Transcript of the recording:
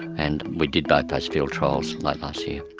and we did both those field trials late last year.